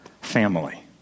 family